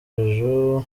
jojo